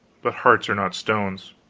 but hearts are not stones